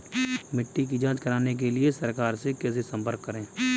मिट्टी की जांच कराने के लिए सरकार से कैसे संपर्क करें?